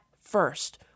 first